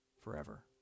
forever